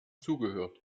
zugehört